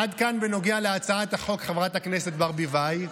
עד כאן בנוגע להצעת החוק, חברת הכנסת ברביבאי.